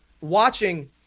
watching